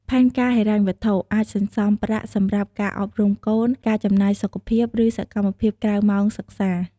ផែនការហិរញ្ញវត្ថុ អាចសន្សំប្រាក់សម្រាប់ការអប់រំកូន ការចំណាយសុខភាព ឬសកម្មភាពក្រៅម៉ោងសិក្សា។